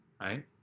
right